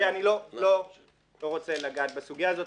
ואני לא רוצה לגעת בסוגיה הזאת,